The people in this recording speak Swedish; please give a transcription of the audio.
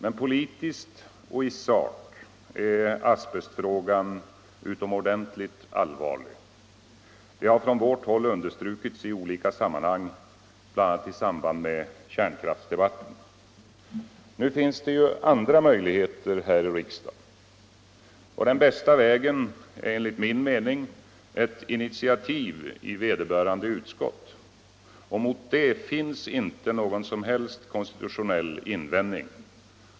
Men politiskt och i sak är asbestfrågan utomordentligt allvarlig. Det har från vårt håll understrukits i olika sammanhang, bl.a. i samband med kärnkraftsdebatten. Nu finns det ju andra möjligheter här i riksdagen. Den bästa vägen är enligt min mening ett initiativ i vederbörande utskott. Mot detta finns inte någon som helst konstitutionell invändning.